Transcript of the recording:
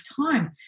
time